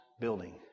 building